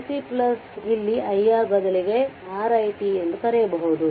iC ಇಲ್ಲಿ iR ಬದಲಿಗೆ r i t ಎಂದು ಕರೆಯಬಹುದು